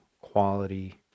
quality